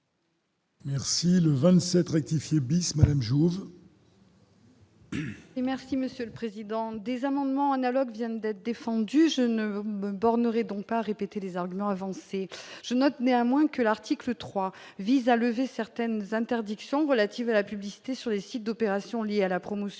Merci le 27 rectifier bis même jour. Et merci Monsieur le président des amendements analogues, viennent d'être défendu, je ne bornerai donc pas répéter les arguments avancés, je note néanmoins que l'article 3 vise à lever certaines interdictions relatives à la publicité sur le site d'opérations liées à la promotion